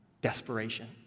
Desperation